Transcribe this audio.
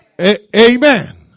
Amen